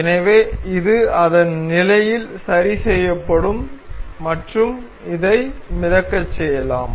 எனவே இது அதன் நிலையில் சரி செய்யப்படும் மற்றும் இதை மிதக்கச் செய்யலாம்